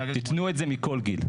תתנו את זה מכל גיל.